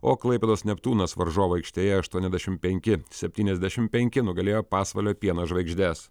o klaipėdos neptūnas varžovų aikštėje aštuoniasdešim penki septyniasdešim penki nugalėjo pasvalio pieno žvaigždes